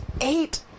eight